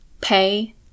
pay